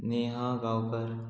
Neha Gaonkar